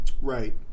Right